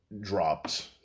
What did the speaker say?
dropped